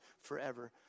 forever